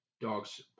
Dogs